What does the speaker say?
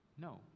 No